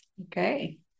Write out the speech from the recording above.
Okay